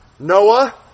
Noah